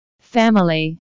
Family